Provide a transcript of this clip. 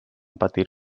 patir